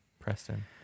Preston